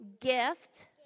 gift